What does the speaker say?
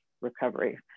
recovery